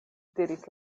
diris